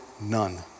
none